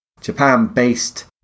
Japan-based